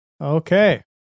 Okay